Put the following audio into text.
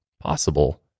possible